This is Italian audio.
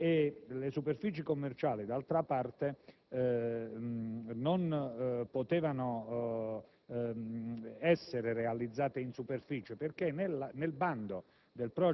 Le superfici commerciali, d'altra parte, non potevano essere realizzate in superficie, perché nel bando